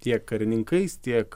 tiek karininkais tiek